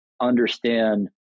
understand